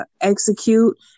execute